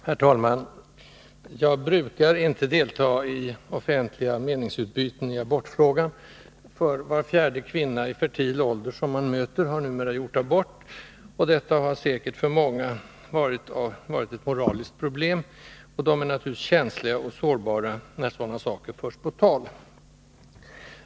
Herr talman! Jag brukar inte delta i offentliga meningsutbyten i abortfrågan, för var fjärde kvinna i fertil ålder som man möter har numera gjort abort, vilket säkert för många har varit ett moraliskt problem, och de är naturligtvis känsliga och sårbara när sådana ämnen förs på tal.